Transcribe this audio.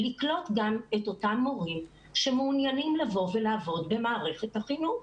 לקלוט גם את אותם מורים שמעוניינים לבוא ולעבוד במערכת החינוך.